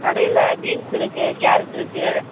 கடையில் பீன்ஸ் இருக்குது கேரட் இருக்குது